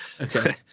Okay